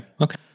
okay